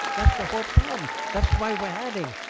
that's the whole problem. that's why we're having